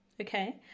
Okay